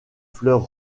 fleurs